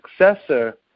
successor